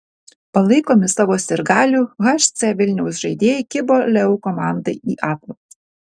palaikomi savo sirgalių hc vilniaus žaidėjai kibo leu komandai į atlapus